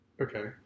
okay